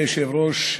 אדוני היושב-ראש,